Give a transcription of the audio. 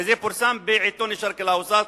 וזה פורסם בעיתון "א-שארק אל-אווסט".